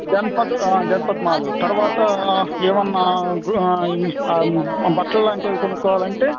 Janpath Janpath mall తర్వాత ఎవైనా బట్టలు వంటివి కొనుక్కోవాలి అంటే